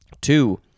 Two